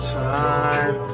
time